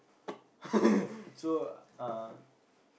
so uh